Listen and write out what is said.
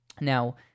now